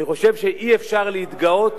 אני חושב שאי-אפשר להתגאות,